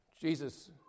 Jesus